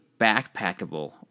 backpackable